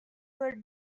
were